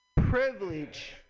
Privilege